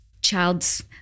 child's